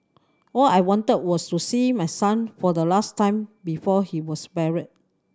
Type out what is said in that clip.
all I wanted was to see my son for the last time before he was buried